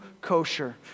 kosher